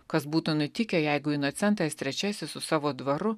kas būtų nutikę jeigu inocentas trečiasis su savo dvaru